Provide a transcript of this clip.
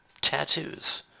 tattoos